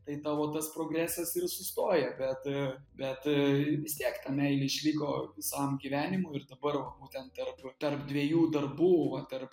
tai tavo tas progresas ir sustoja bet bet vis tiek ta meilė išliko visam gyvenimui ir dabar va būtent tarp tarp dviejų darbų va tarp